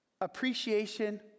appreciation